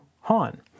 Han